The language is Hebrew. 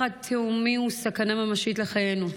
פחד תהומי וסכנה ממשית לחיינו,